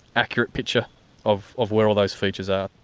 accurate picture of of where all those features are.